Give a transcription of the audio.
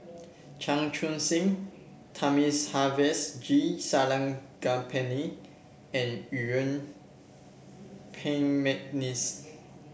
Chan Chun Sing Thamizhavel G Sarangapani and Yuen Peng McNeice